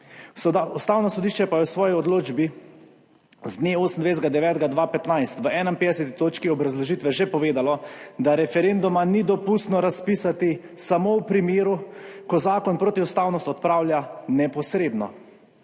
Ustavno sodišče pa je v svoji odločbi z dne 28. 9. 2015 v 51 točki obrazložitve že povedalo, da referenduma ni dopustno razpisati samo v primeru, ko zakon protiustavnost odpravlja neposredno.